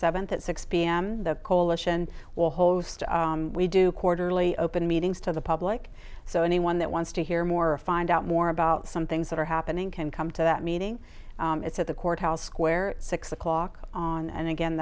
seventh at six pm the coalition will host we do quarterly open meetings to the public so anyone that wants to hear more find out more about some things that are happening can come to that meeting it's at the courthouse square six o'clock on and again